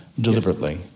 deliberately